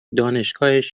دانشگاهش